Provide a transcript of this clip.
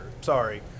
Sorry